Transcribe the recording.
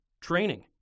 training